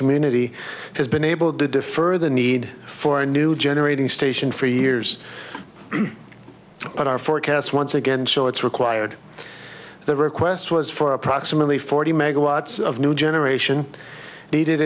community has been able to defer the need for a new generating station for years but our forecast once again show it's required the request was for approximately forty megawatts of new generation needed